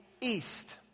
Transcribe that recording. east